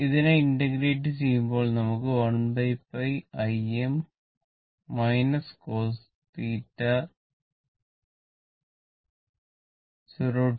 ഇതിനെ ഇന്റഗ്രേറ്റ് ചെയ്യുമ്പോൾ നമുക്ക് 1𝝿 Im cosθ0 π